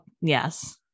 Yes